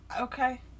okay